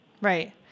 right